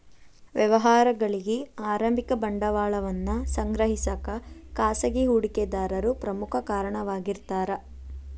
ವ್ಯವಹಾರಗಳಿಗಿ ಆರಂಭಿಕ ಬಂಡವಾಳವನ್ನ ಸಂಗ್ರಹಿಸಕ ಖಾಸಗಿ ಹೂಡಿಕೆದಾರರು ಪ್ರಮುಖ ಕಾರಣವಾಗಿರ್ತಾರ